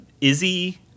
Izzy